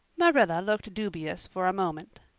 marilla looked dubious for a moment.